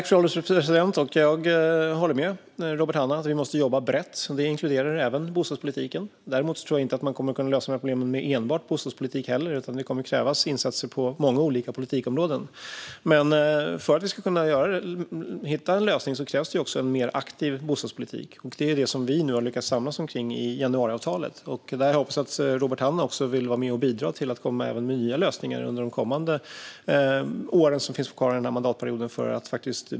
Fru ålderspresident! Jag håller Robert Hannah om att vi måste jobba brett. Det inkluderar även bostadspolitiken. Däremot tror jag inte att man kommer att kunna lösa dessa problem med enbart bostadspolitik. Det kommer att krävas insatser på många olika politikområden. För att vi ska kunna hitta en lösning krävs en mer aktiv bostadspolitik. Det är vad vi nu har lyckats samla oss kring i och med januariavtalet. Jag hoppas att Robert Hannah vill vara med där och bidra till nya lösningar under de återstående åren av mandatperioden.